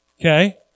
Okay